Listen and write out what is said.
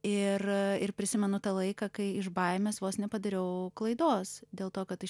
ir a prisimenu tą laiką kai iš baimės vos nepadariau klaidos dėl to kad aš